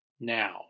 now